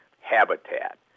habitat